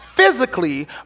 Physically